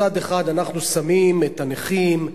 מצד אחד אנחנו שמים את הנכים,